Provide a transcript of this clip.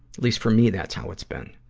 least for me, that's how it's been.